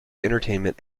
entertainment